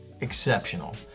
exceptional